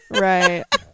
right